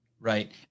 Right